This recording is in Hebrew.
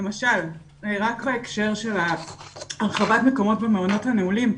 למשל רק בהקשר של הרחבת המקומות במעונות הנעולים,